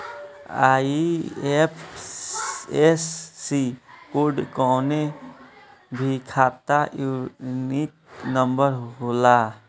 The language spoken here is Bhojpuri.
आई.एफ.एस.सी कोड कवनो भी खाता यूनिक नंबर होला